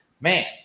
man